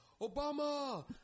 Obama